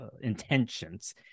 intentions